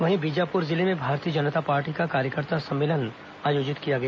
वहीं बीजापुर जिले में भारतीय जनता पार्टी का कार्यकर्ता सम्मेलन आयोजन किया गया